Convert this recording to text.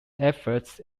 efforts